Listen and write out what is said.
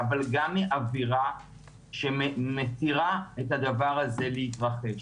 אבל גם מאווירה שמתירה לדבר הזה להתחרש.